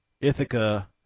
Ithaca